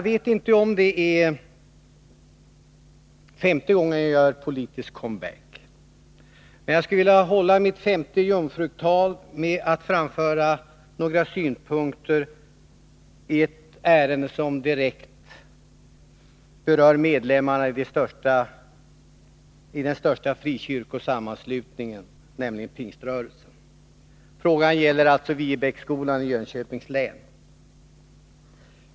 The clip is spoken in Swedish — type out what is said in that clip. Det är nu femte gången som jag gör politisk come back, och jag skulle i mitt femte jungfrutal vilja framföra några synpunkter i ett ärende som direkt berör medlemmarna i den största frikyrkosammanslutningen, nämligen Pingströrelsen. Frågan gäller alltså Viebäcksskolan i Jönköpings län.